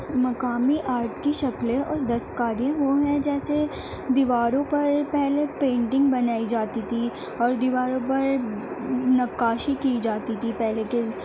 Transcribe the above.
مقامی آرٹ کی شکلیں اور دستکاریاں وہ ہیں جیسے دیواروں پر پہلے پینٹنگ بنائی جاتی تھی اور دیواروں پر نقاشی کی جاتی تھی پہلے کے